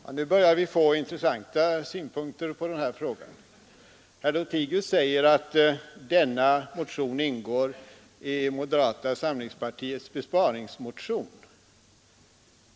Herr talman! Nu börjar vi få intressanta synpunkter på den här frågan. Herr Lothigius säger att denna motion ingår i moderata samlingspartiets besparingsförslag.